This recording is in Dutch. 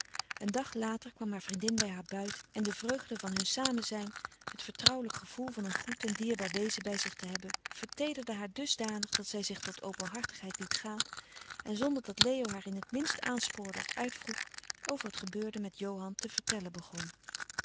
een dag later kwam haar vriendin bij haar buiten en de vreugde van hun samenzijn het vertrouwelijk gevoel van een goed en dierbaar wezen bij zich te hebben verteederde haar dusdanig dat zij zich tot openhartigheid liet gaan en zonder dat leo haar in t minst aanspoorde of uitvroeg over het gebeurde met johan te vertellen begon